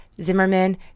Zimmerman